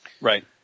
Right